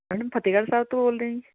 madam Fatehgarh Sahib ਤੋਂ ਬੋਲਦੇ ਆ ਜੀ